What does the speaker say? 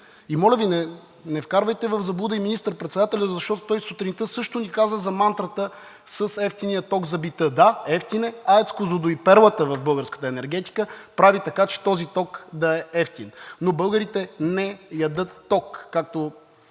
И моля Ви, не вкарвайте в заблуда и министър-председателя, защото той сутринта също ни каза за мантрата с евтиния ток за бита. Да, евтин е. АЕЦ „Козлодуй“ – перлата в българската енергетика, прави така, че този ток да е евтин, но българите не ядат ток, ако